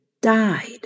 died